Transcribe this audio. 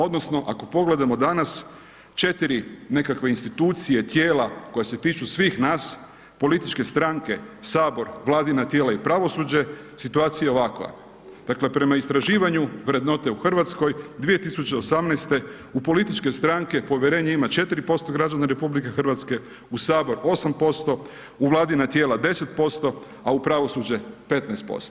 Odnosno ako pogledamo danas, 4 nekakve institucije, tijela, koje se tiču svih nas, političke stranke, Sabor, vladina tijela i pravosuđe, situacija je ovakva, dakle, prema istraživanju vrednote u Hrvatskoj 2018. u političke stranke povjerenje ima 4% građana RH, u Sabor 8%, u vladina tijela 10% a u pravosuđe 15%